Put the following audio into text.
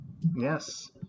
Yes